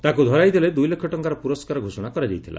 ତାକୁ ଧରାଇଦେଲେ ଦୁଇ ଲକ୍ଷ ଟଙ୍କାର ପୁରସ୍କାର ଘୋଷଣା କରାଯାଇଥିଲା